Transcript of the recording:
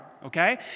Okay